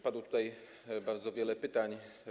Padło tutaj bardzo wiele pytań.